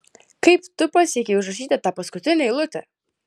kaip tu pasiekei užrašyti tą paskutinę eilutę